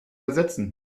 ersetzen